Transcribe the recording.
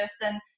person